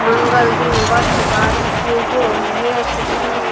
मङ्गल दिन बर्फबारी सेहाे हैत कि